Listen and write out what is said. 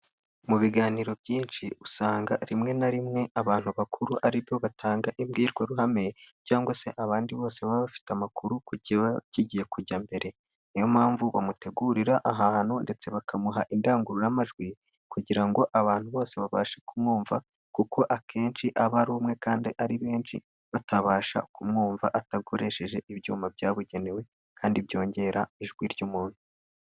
Mu biganiro byinshi usanga rimwe na rimwe abantu bakuru aribo batanga imbwirwaruhame cyangwa se abandi bose baba bafite amakuru ku kiba kigiye kujya imbere niyo mpamvu bamutegurira ahatu ndetse bakamuha indangururamajwi kugira ngo abantu bose babashe kumwumva kuko akenshi aba ari umwe kandi ari benshi batabasha kumwumva atakoresheje ibyuma byabugenewe kandi byongera ijwi ry'umuntu.